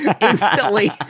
instantly